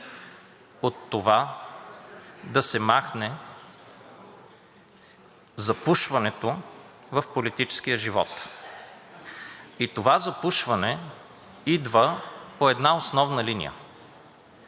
от това да се махне запушването в политическия живот и това запушване идва по една основна линия,